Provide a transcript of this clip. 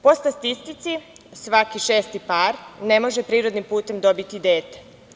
Po statistici, svaki šesti par ne može prirodnim putem dobiti dete.